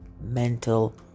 mental